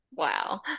Wow